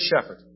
shepherd